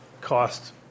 cost